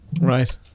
Right